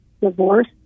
divorce